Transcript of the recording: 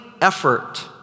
effort